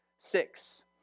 Six